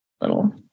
little